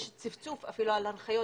יש צפצוף אפילו על ההנחיות,